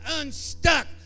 unstuck